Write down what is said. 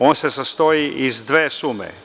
On se sastoji iz dve sume.